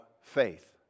faith